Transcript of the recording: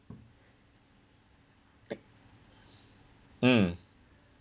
mm